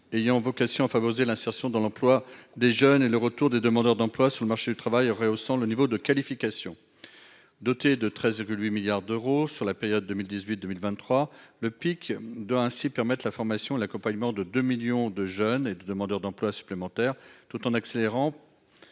ayant vocation à favoriser l'insertion dans l'emploi des jeunes et le retour des demandeurs d'emploi sur le marché du travail y aurait haussant le niveau de qualification, doté de 13 et de 8 milliards d'euros sur la période 2018, 2023 le pic doit ainsi permettre la formation et l'accompagnement de 2 millions de jeunes et de demandeurs d'emploi supplémentaires tout en accélérant